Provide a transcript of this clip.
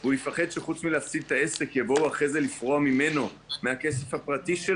הוא יפחד שחוץ מלהפסיד את העסק יבואו אחרי זה לפרוע ממנו מכספו הפרטי.